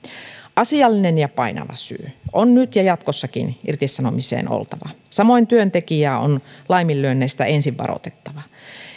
asiallinen ja painava syy on nyt ja jatkossakin irtisanomiseen oltava samoin työntekijää on laiminlyönneistä ensin varoitettava